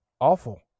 awful